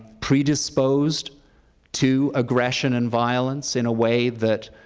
predisposed to aggression and violence in a way that